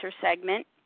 segment